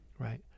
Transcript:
right